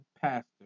pastor